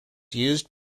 used